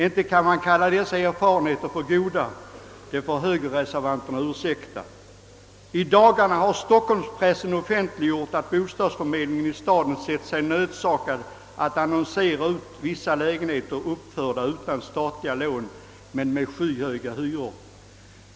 Inte kan man kalla dessa erfarenheter goda — det får högerreservanterna ursäkta. I dagarna har stockholmspressen offentliggjort att bostadsförmedlingen i staden sett sig nödsakad att annonsera ut vissa lägenheter, uppförda utan statliga lån men med skyhöga hyror.